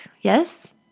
Yes